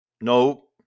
no